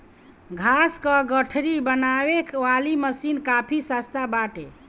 घास कअ गठरी बनावे वाली मशीन काफी सस्ता बाटे